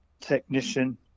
technician